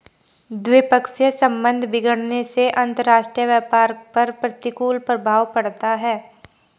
द्विपक्षीय संबंध बिगड़ने से अंतरराष्ट्रीय व्यापार पर प्रतिकूल प्रभाव पड़ता है